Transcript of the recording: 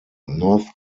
north